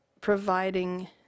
providing